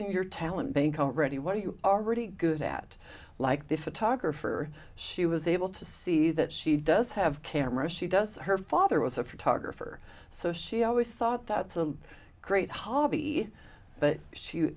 in your talent bank already what you are really good at like the photographer she was able to see that she does have camera she does her father was a photographer so she always thought that's a great hobby but